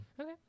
Okay